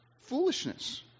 foolishness